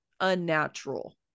unnatural